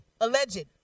alleged